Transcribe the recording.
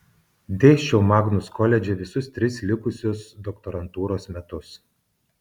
dėsčiau magnus koledže visus tris likusius doktorantūros metus